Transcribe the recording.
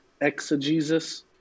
exegesis